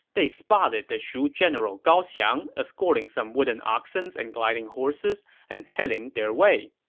they spotted the shu general gao xiang escorting some wooden oxens and gliding horses and heading their way.